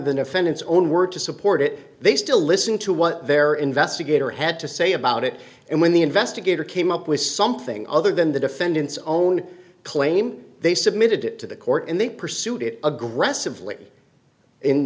defendant's own work to support it they still listen to what their investigator had to say about it and when the investigator came up with something other than the defendant's own claim they submitted it to the court and they pursued it aggressively in